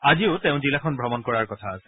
আজিও তেওঁ জিলাখন ভ্ৰমণ কৰাৰ কথা আছে